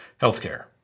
healthcare